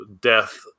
death